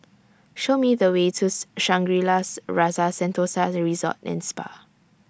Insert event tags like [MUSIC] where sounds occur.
Show Me The Way to [NOISE] Shangri La's Rasa Sentosa Resort and Spa